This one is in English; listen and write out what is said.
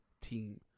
team